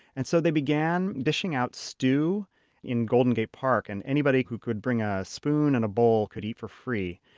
and so, they began dishing out stew in golden gate park. and anybody who could bring a spoon and a bowl could eat for free.